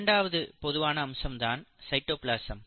இரண்டாவது பொதுவான அம்சம் தான் சைட்டோபிளாசம்